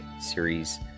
Series